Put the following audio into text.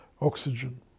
oxygen